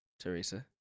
Teresa